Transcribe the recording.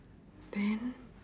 then